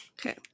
Okay